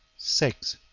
six.